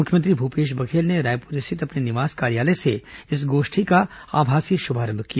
मुख्यमंत्री भूपेश बघेल ने रायपुर स्थित अपने निवास कार्यालय से इस गोष्ठी का आभासी शुभारंभ किया